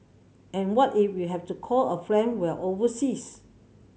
and what if we have to call a friend while overseas